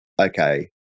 Okay